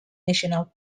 national